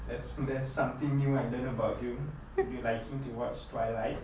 that's that's something new I learn about you you liking to watch twilight